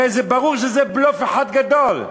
הרי ברור שזה בלוף אחד גדול.